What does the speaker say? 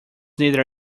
neither